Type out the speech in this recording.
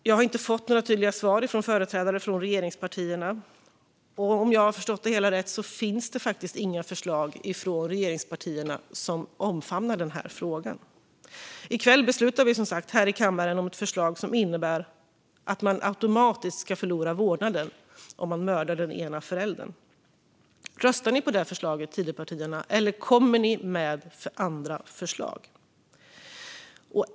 Jag har inte fått några tydliga svar från företrädare för regeringspartierna. Om jag har förstått det hela rätt finns det inga förslag från regeringspartierna som omfamnar den här frågan. I kväll beslutar vi som sagt här i kammaren om ett förslag som innebär att man automatiskt ska förlora vårdnaden om man mördar den andra föräldern. Röstar ni på det förslaget, Tidöpartierna, eller kommer ni med andra förslag?